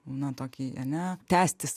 na tokį ane tęstis